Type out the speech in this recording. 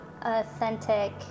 authentic